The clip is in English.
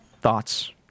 thoughts